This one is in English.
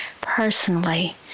personally